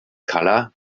color